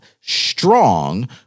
strong